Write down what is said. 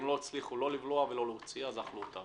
הם לא הצליחו לא לבלוע ולא להוציא, אז אכלו אותה.